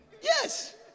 Yes